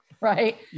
Right